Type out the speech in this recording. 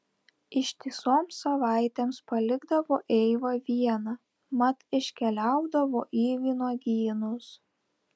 ištisoms savaitėms palikdavo eivą vieną mat iškeliaudavo į vynuogynus